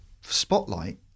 spotlight